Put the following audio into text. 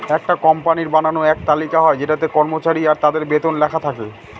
একটা কোম্পানির বানানো এক তালিকা হয় যেটাতে কর্মচারী আর তাদের বেতন লেখা থাকে